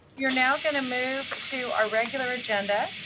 you are now going to move to our regular agenda.